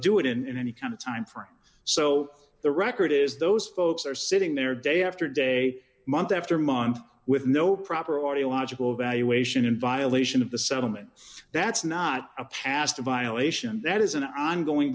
do it in any kind of timeframe so the record is those folks are sitting there day after day month after month with no proper audiological valuation in violation of the settlement that's not a past a violation that is an ongoing